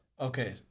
Okay